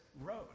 road